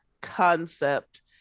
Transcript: concept